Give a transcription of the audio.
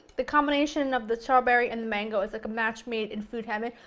the combination of the strawberry and the mango is like a match made in food heaven.